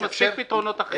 יש מספיק פתרונות אחרים.